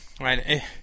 Right